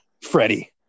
Freddie